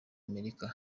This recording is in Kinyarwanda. amerika